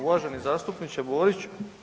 Uvaženi zastupniče Borić.